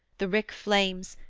the rick flames,